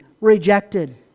rejected